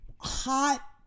hot